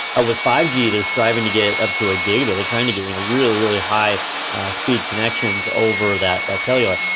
ah with five g they're striving to get up to a gig of it. they're trying to get ah really, really high speed connections over that that cellular.